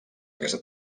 aquesta